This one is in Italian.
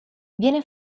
viene